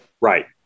Right